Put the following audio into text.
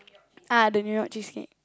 ah the New-York cheesecake